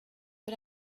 but